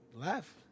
Laugh